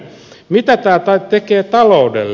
mitä tämä tekee taloudelle